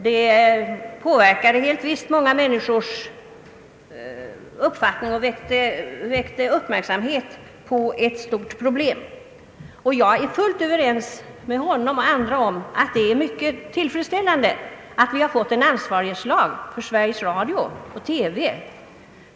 Det påverkade helt visst många människors uppfattning och riktade uppmärksamheten på ett stort problem. Jag är fullt överens med herr Hernelius och andra om att det är mycket tillfredsställande att vi har fått en ansvarslag för Sveriges Radio och TV.